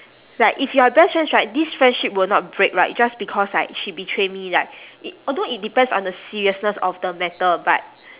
like if you are best friends right this friendship will not break right just because like she betray me like it although it depends on the seriousness of the matter but